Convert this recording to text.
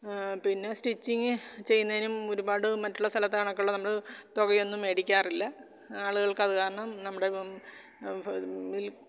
പിന്നെ സ്റ്റിച്ചിംഗ് ചെയ്യുന്നതിനും ഒരുപാട് മറ്റുള്ള സ്ഥലത്തെ കണക്കുള്ള നമ്മൾ തുകയൊന്നും മേടിക്കാറില്ല ആളുകൾക്ക് അതു കാരണം നമ്മുടെ